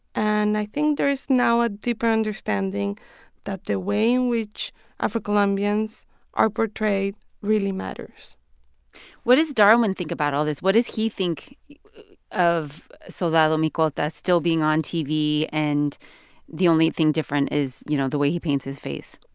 and i think there is now a deeper understanding that the way in which afro-colombians are portrayed really matters what does darwin think about all this? what does he think of soldado micolta still being on tv and the only thing different is, you know, the way he paints his face?